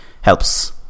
helps